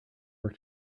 work